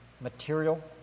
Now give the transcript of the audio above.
material